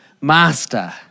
master